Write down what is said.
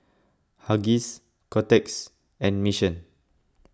Huggies Kotex and Mission